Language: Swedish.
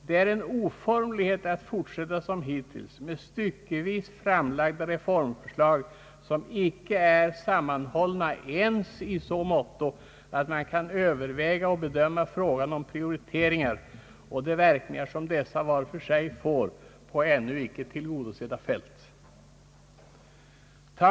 Det är en oformlighet att fortsätta som hittills med styckevis framlagda reformförslag som icke är sammanhållna ens i så måtto att man kan överväga och bedöma frågan om behövliga prioriteringar och de verkningar som dessa var för sig får på ännu icke tillgodosedda fält.